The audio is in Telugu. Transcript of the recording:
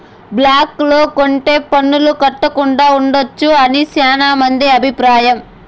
బ్లాక్ లో కొంటె పన్నులు కట్టకుండా ఉండొచ్చు అని శ్యానా మంది అభిప్రాయం